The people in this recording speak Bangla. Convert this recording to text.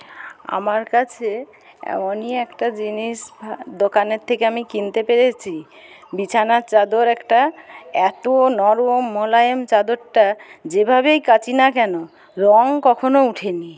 আমার কাছে এমনই একটা জিনিস দোকানের থেকে আমি কিনতে পেরেছি বিছানার চাদর একটা এত নরম মোলায়েম চাদরটা যেভাবেই কাচি না কেন রঙ কখনও উঠেনি